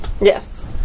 Yes